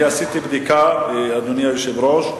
אני עשיתי בדיקה, אדוני היושב-ראש.